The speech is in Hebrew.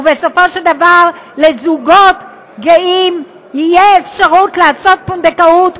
ובסופו של דבר לזוגות גאים תהיה אפשרות לעשות פונדקאות,